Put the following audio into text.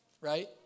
right